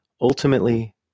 Ultimately